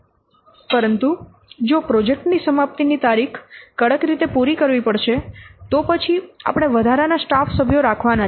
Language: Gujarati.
પરંતુ જો પ્રોજેક્ટની સમાપ્તિની તારીખ કડક રીતે પૂરી કરવી પડશે તો પછી આપણે વધારાના સ્ટાફ સભ્યો રાખવાના છે